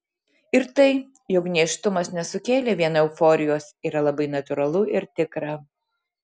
ir tai jog nėštumas nesukėlė vien euforijos yra labai natūralu ir tikra